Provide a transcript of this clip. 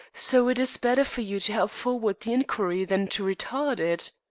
so it is better for you to help forward the inquiry than to retard it.